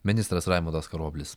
ministras raimundas karoblis